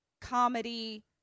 comedy